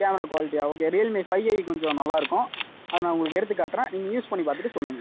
camera குவாலிட்டியா okay Realme five I கொஞ்சம் நல்லாயிருக்கும் அதை நான் உங்களுக்கு எடுத்துக்காட்டுறேன் நீங்கள் யூஸ் பண்ணி பார்த்துட்டு சொல்லுங்கள்